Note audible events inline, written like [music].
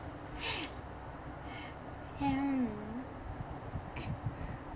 [noise]